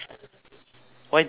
why did you delete